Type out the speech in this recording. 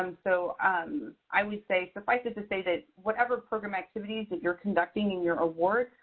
um so i would say, suffice it to say that whatever program activities that you're conducting in your award,